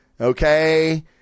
Okay